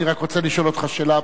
אני רק רוצה לשאול אותך שאלה,